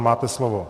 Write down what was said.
Máte slovo.